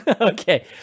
Okay